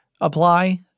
apply